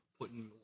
putting